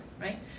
right